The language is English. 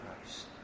Christ